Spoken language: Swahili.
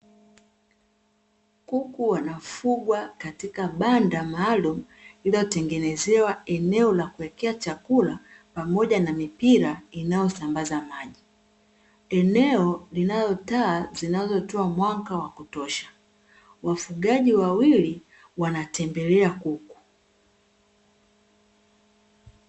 Kuku wanafungwa katika banda maalumu lililotengenezewa eneo la kuwekea chakula pamoja na mipira inayosambaza maji, eneo linalo taa zinazotoa mwanga wa kutosha wafugaji wawili wanatembelea kuku.